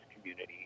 community